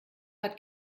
hat